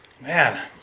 Man